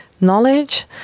knowledge